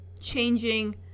changing